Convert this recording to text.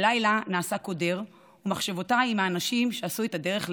הלילה נעשה קודר ומחשבותיי עם האנשים שעשו את הדרך למירון,